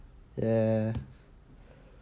oh